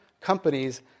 companies